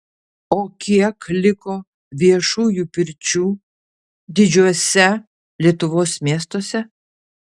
o kiek liko viešųjų pirčių didžiuose lietuvos miestuose